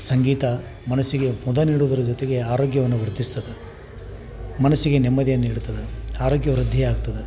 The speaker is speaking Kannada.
ಸಂಗೀತ ಮನಸ್ಸಿಗೆ ಮುದ ನೀಡುವುದ್ರ ಜೊತೆಗೆ ಆರೋಗ್ಯವನ್ನು ವೃದ್ಧಿಸ್ತದೆ ಮನಸ್ಸಿಗೆ ನೆಮ್ಮದಿಯನ್ನು ನೀಡ್ತದೆ ಆರೋಗ್ಯ ವೃದ್ಧಿಯಾಗ್ತದೆ